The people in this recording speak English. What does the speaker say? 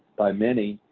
by many,